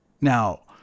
Now